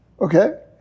Okay